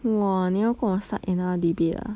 !wah! 你要跟我 start another debate ah